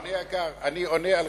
אדוני היקר, אני עונה על-חשבוני.